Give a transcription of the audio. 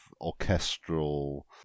orchestral